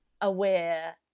aware